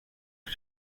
der